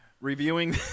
Reviewing